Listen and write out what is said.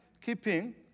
keeping